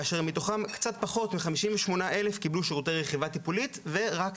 כאשר מתוכם קצת פחות מ-58,000 קיבלו שירותי רכיבה טיפולית ורק